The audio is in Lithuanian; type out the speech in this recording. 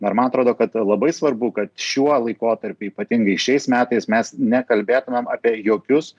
dar man atrodo kad labai svarbu kad šiuo laikotarpiu ypatingai šiais metais mes nekalbėtumėm apie jokius